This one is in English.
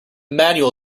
manual